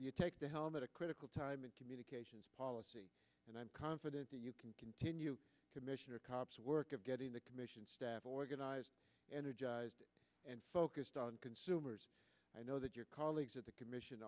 koski take the helm at a critical time in communications policy and i'm confident that you can continue commissioner cops work of getting the commission staff organized energized and focused on consumers i know that your colleagues at the commission